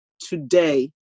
today